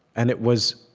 and it was